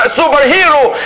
superhero